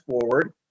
forward